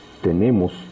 tenemos